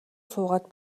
суугаад